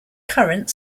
current